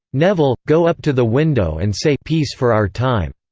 neville, go up to the window and say peace for our time.